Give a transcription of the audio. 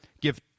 Give